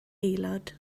aelod